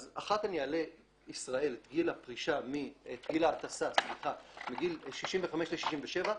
אז אחת ישראל תעלה את גיל ההטסה מגיל 65 ל-67,